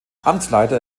amtsleiter